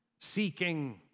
seeking